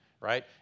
right